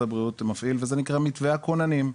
הבריאות מפעיל וזה נקרא מתווה הכוננים,